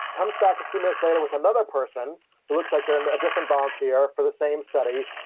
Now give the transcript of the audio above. comes back a few minutes later with another person who looks like they're and a different volunteer for the same study.